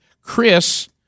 Chris